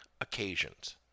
occasions